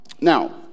Now